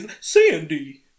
Sandy